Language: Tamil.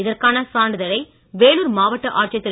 இதற்கான சான்றிதழை வேலூர் மாவட்ட ஆட்சியர் திரு